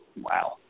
Wow